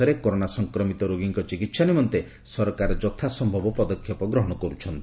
ଦେଶରେ କରୋନା ସଂକ୍ରମିତ ରୋଗୀଙ୍କ ଚିକିତ୍ସା ନିମନ୍ତେ ସରକାର ଯଥା ସମ୍ଭବ ପଦକ୍ଷେପ ଗ୍ରହଣ କରୁଛନ୍ତି